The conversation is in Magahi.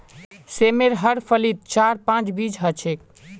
सेमेर हर फलीत चार पांच बीज ह छेक